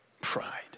pride